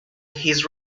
his